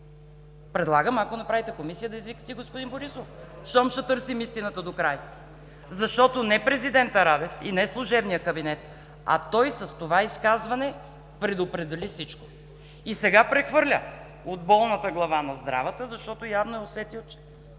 Предлагам, ако направите комисия да извикате и господин Борисов щом ще търсим истината докрай, защото не президента Радев и не служебният кабинет, а той с това изказване предопредели всичко и сега прехвърля от болната глава на здравата, защото явно е усетил, че